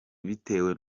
bitewe